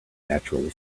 naturally